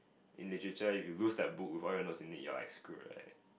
in literature if you lose that book with all your notes in it you're like screwed right